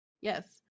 Yes